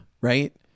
right